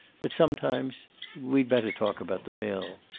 but sometimes we'd better talk about the mill.